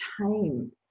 time